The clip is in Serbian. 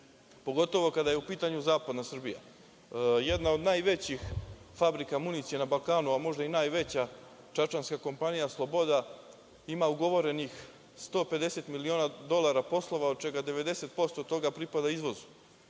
pogotovo kada je u pitanju zapadna Srbija. Jedna od najvećih fabrika municije na Balkanu, a možda i najveća, čačanska kompanija „Sloboda“ ima ugovorenih 150 miliona dolara poslova od čega 90% pripada izvozu.